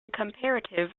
comparative